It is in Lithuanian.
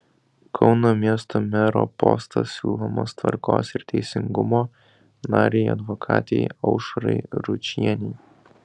kauno miesto mero postas siūlomas tvarkos ir teisingumo narei advokatei aušrai ručienei